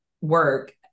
work